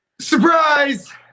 surprise